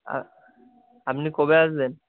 আ আপনি কবে আসবেন